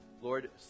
lord